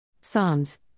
Psalms